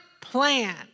plan